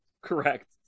correct